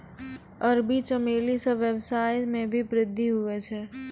अरबी चमेली से वेवसाय मे भी वृद्धि हुवै छै